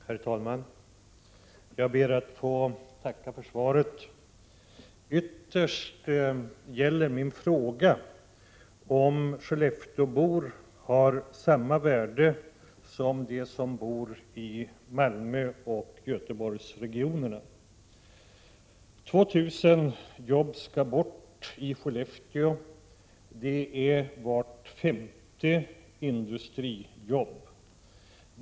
Herr talman! Jag ber att få tacka för svaret. Ytterst gäller min fråga om skelleftebor har samma värde som de som bor i Malmöoch Göteborgsregionerna. 2 000 jobb skall bort i Skellefteå — vart femte industrijobb.